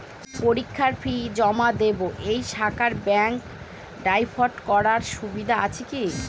পরীক্ষার ফি জমা দিব এই শাখায় ব্যাংক ড্রাফট করার সুবিধা আছে কি?